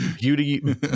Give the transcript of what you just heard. beauty